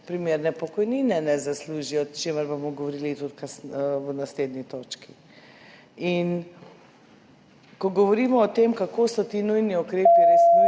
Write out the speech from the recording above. primerne pokojnine, o čemer bomo govorili tudi v naslednji točki. Ko govorimo o tem, kako so ti nujni ukrepi res nujni,